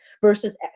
versus